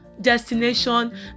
destination